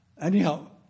Anyhow